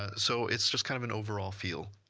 ah so, it's just kind of an overall feel,